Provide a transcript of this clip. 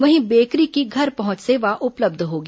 वहीं बेकरी की घर पहुंच सेवा उपलब्ध होगी